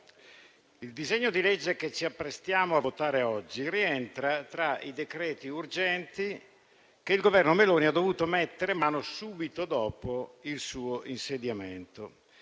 il disegno di legge che ci apprestiamo a votare oggi rientra tra i decreti urgenti cui il Governo Meloni ha dovuto mettere mano subito dopo il suo insediamento.